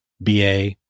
BA